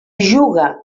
juga